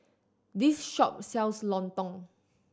this shop sells lontong